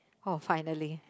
finally